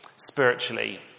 spiritually